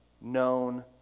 known